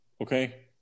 okay